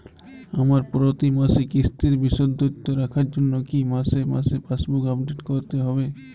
আমার প্রতি মাসের কিস্তির বিশদ তথ্য রাখার জন্য কি মাসে মাসে পাসবুক আপডেট করতে হবে?